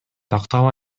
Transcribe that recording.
тактап